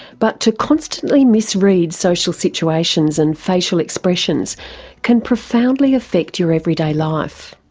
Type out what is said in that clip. but to constantly misread social situations and facial expressions can profoundly affect your everyday life.